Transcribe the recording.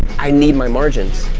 i need my margins.